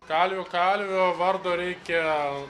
kalvių kalvio vardo reikia